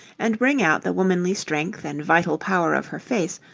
and bring out the womanly strength and vital power of her face,